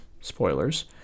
spoilers